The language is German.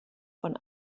von